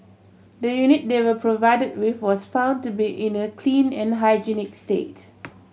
the unit they were provided with was found to be in a clean and hygienic state